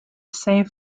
saint